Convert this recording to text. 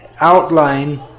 outline